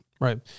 Right